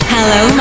Hello